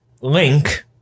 Link